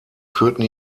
führten